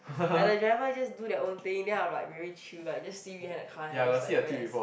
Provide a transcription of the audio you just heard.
like the driver just do their own thing then I'm like very chill like just sit behind the car then I just like rest